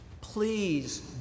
please